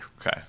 okay